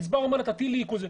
שהגזבר אומר לה: תטילי עיקול.